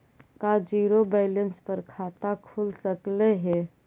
का zero balance पर खाता खुल सकले हे?